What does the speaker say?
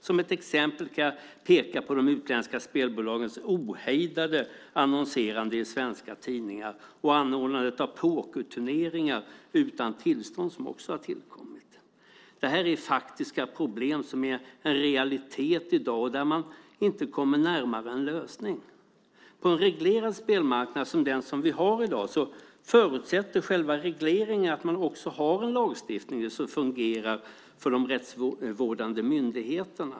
Som exempel kan jag peka på de utländska spelbolagens ohejdade annonserande i svenska tidningar och anordnandet av pokerturneringar utan tillstånd, som också har tillkommit. Det här är faktiska problem som är en realitet i dag och där man inte kommer närmare en lösning. På en reglerad spelmarknad som den som vi har i dag förutsätter själva regleringen att man har en lagstiftning som fungerar för de rättsvårdande myndigheterna.